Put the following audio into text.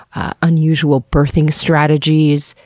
unusual birthing strategies,